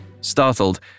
Startled